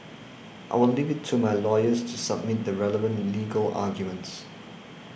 I will leave it to my lawyers to submit the relevant legal arguments